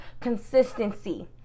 consistency